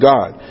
God